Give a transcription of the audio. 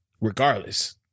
regardless